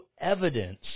evidence